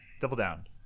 Double-down